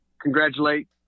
congratulate